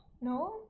No